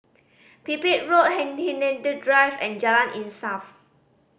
Pipit Road Hindhede Drive and Jalan Insaf